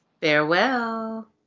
Farewell